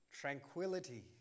tranquility